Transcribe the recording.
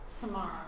Tomorrow